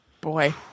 Boy